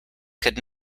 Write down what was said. could